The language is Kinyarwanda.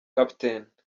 capt